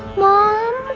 mom?